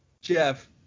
Jeff